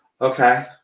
Okay